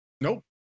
Nope